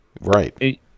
Right